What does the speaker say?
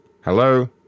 hello